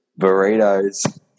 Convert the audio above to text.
Burritos